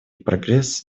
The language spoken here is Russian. прогресс